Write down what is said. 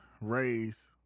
raise